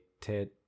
ted